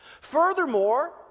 Furthermore